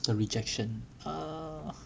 the rejection ah